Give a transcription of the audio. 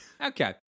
okay